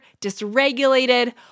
dysregulated